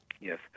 Yes